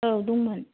औ दंमोन